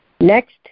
Next